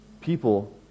people